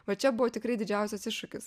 va čia buvo tikrai didžiausias iššūkis